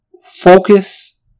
focus